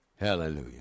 hallelujah